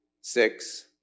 six